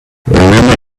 remember